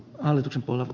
arvoisa puhemies